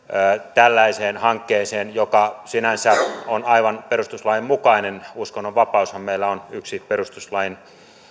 tällaiseen hankkeeseen joka sinänsä on aivan perustuslain mukainen uskonnonvapaushan meillä on yksi perustuslain